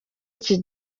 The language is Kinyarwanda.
iki